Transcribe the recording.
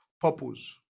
purpose